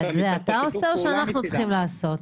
את זה אתה עושה או שאנחנו צריכים לעשות.